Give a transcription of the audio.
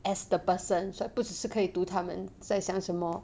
as the person so 就是是可以读他们在想什么